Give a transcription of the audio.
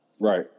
Right